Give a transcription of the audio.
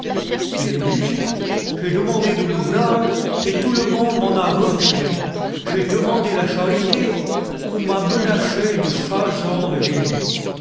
les riches j'ai demandé de l'ouvrage et tout le monde m'en a refuge j'ai demandé la charité on m'a menaché du chargent de ville